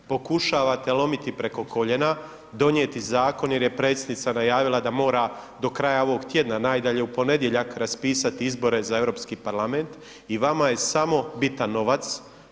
Pokušavate lomiti preko koljena, donijeti Zakon jer je predsjednica najavila da mora do kraja ovog tjedna, najdalje u ponedjeljak, raspisati izbore za Europski parlament, i vama je samo bitan novac.